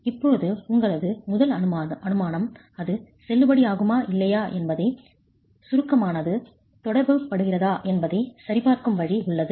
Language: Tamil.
இப்போது உங்களது முதல் அனுமானம் அது செல்லுபடியாகுமா இல்லையா என்பதை சுருக்கமானது தொடர்புபடுத்துகிறதா என்பதைச் சரிபார்க்கும் வழி உள்ளது